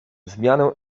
zmianę